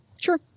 Sure